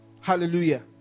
Hallelujah